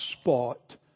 spot